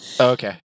Okay